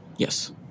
Yes